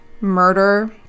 murder